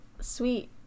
sweet